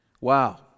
wow